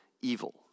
evil